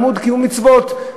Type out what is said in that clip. קיום מצוות,